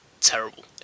terrible